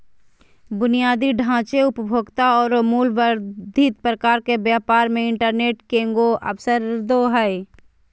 बुनियादी ढांचे, उपभोक्ता औरो मूल्य वर्धित प्रकार के व्यापार मे इंटरनेट केगों अवसरदो हइ